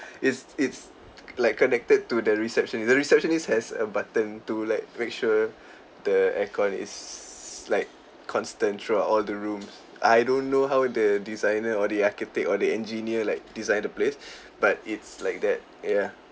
is it's like connected to the receptionist the receptionist has a button to like make sure the aircon is like constant throughout all the rooms I don't know how the designer or the architect or the engineer like designed the place but it's like that ya